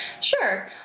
Sure